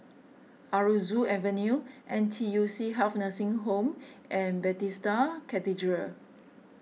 Aroozoo Avenue N T U C Health Nursing Home and Bethesda Cathedral